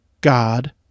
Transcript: God